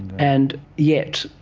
and yet,